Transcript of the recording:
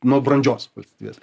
nuo brandžios valstybės